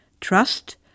Trust